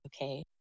okay